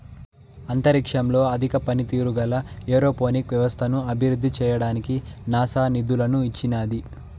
అంతరిక్షంలో అధిక పనితీరు గల ఏరోపోనిక్ వ్యవస్థను అభివృద్ధి చేయడానికి నాసా నిధులను ఇచ్చినాది